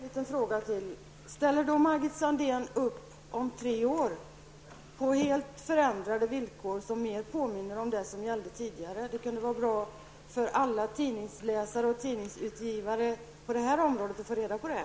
Herr talman! Ställer då Margit Sandéhn upp om tre år på helt förändrade villkor som mera påminner om det som gällde tidigare? Det kunde vara bra för alla tidningsläsare och tidningsutgivare på detta område att få reda på det.